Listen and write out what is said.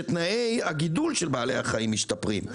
תנאי הגידול של בעלי החיים משתפרים.